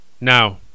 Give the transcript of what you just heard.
Now